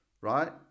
right